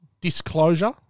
Disclosure